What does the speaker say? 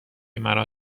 مرا